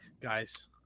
guys